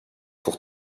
pour